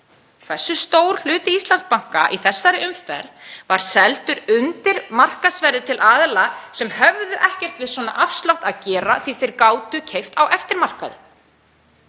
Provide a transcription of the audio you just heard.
hversu stór hluti Íslandsbanka í þessari umferð var seldur undir markaðsverði til aðila sem höfðu ekkert við svona afslátt að gera því að þeir gátu keypt á eftirmarkaði?